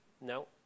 No